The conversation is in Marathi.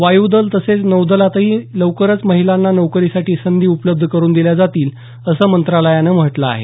वायुदल तसंच नौदलातही लवकरचं महिलांना नोकरीसाठी संधी उपलब्ध करुन दिल्या जातील असं मंत्रालयानं म्हटलं आहे